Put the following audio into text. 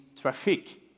traffic